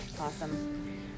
Awesome